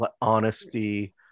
honesty